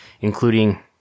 including